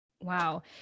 Wow